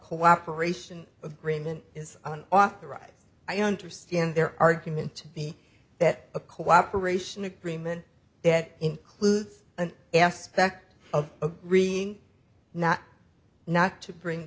cooperation agreement is an authorized i understand their argument to be that a cooperation agreement that includes an aspect of a reading not not to bring